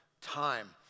time